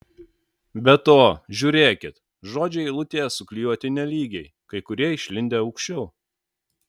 be to žiūrėkit žodžiai eilutėje suklijuoti nelygiai kai kurie išlindę aukščiau